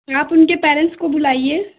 आप उनके पैरेंट्स को बुलाइए